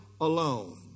alone